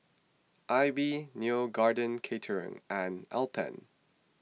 Aibi Neo Garden Catering and Alpen